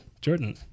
Jordan